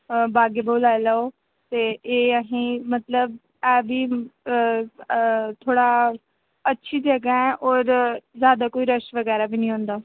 बाग ए बहु लाई लाओ ते एह् अहें मतलब ऐ बी थोह्ड़ा अच्छी जगह् ऐ होर ज्यादा कोई रश बगैरा बी नेईं होंदा